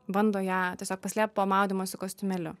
bando ją tiesiog paslėpt po maudymosi kostiumėliu